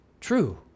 true